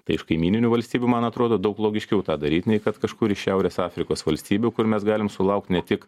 tai iš kaimyninių valstybių man atrodo daug logiškiau tą daryt nei kad kažkur iš šiaurės afrikos valstybių kur mes galim sulaukt ne tik